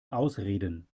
ausreden